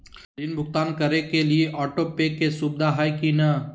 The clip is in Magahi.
ऋण भुगतान करे के लिए ऑटोपे के सुविधा है की न?